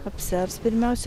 apsiars pirmiausia